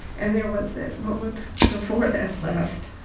and there was that moment before that last,